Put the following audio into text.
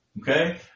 okay